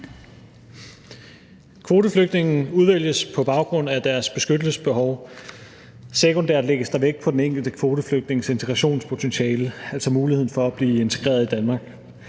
Kvoteflygtninge udvælges på baggrund af deres beskyttelsesbehov; sekundært lægges der vægt på den enkelte kvoteflygtnings integrationspotentiale, altså muligheden for at blive integreret i Danmark.